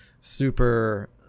super